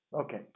okay